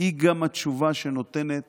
היא גם התשובה שנותנת